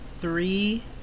Three